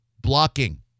Blocking